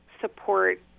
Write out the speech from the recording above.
support